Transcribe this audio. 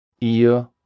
ihr